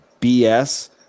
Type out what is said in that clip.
bs